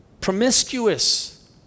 promiscuous